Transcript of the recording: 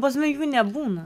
pas mane jų nebūna